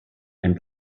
ein